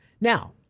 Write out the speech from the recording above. Now